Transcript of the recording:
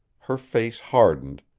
her face hardened,